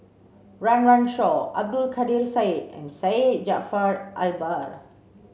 Run Run Shaw Abdul Kadir Syed and Syed Jaafar Albar